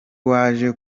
waje